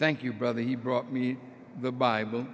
thank you brother he brought me the bible